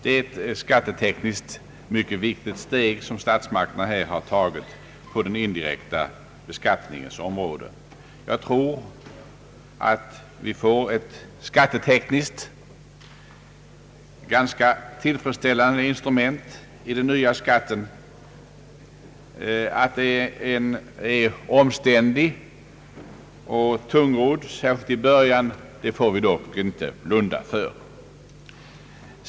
Det är ett skattetekniskt mycket viktigt steg, som statsmakterna här tagit på den indirekta beskattningens område. Jag tror att vi får ett skattetekniskt ganska tillfredsställande instrument i den nya skatten. Att den kommer att bli omständlig och tungrodd, särskilt i början, får vi dock inte blunda för.